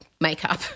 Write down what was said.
makeup